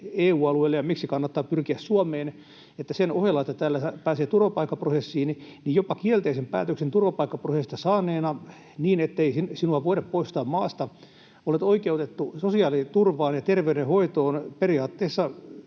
EU-alueelle ja miksi kannattaa pyrkiä Suomeen, että sen ohella, että täällä pääsee turvapaikkaprosessiin, niin jopa kielteisen päätöksen turvapaikkaprosessista saaneena, niin ettei sinua voida poistaa maasta, olet oikeutettu sosiaaliturvaan ja terveydenhoitoon periaatteessa